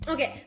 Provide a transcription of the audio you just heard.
Okay